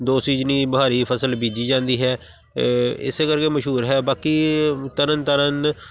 ਦੋ ਸੀਜਨੀ ਬਹਾਰੀ ਫਸਲ ਬੀਜੀ ਜਾਂਦੀ ਹੈ ਇਸੇ ਕਰਕੇ ਮਸ਼ਹੂਰ ਹੈ ਬਾਕੀ ਤਰਨ ਤਾਰਨ